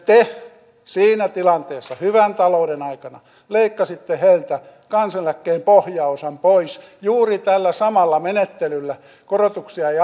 te siinä tilanteessa hyvän talouden aikana leikkasitte heiltä kansaneläkkeen pohjaosan pois juuri tällä samalla menettelyllä korotuksia ei